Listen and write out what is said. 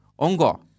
ongo